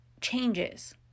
changes